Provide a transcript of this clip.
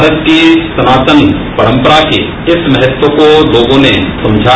भारत की सनातन परम्परा के इस महत्व को लोगों ने आज समझा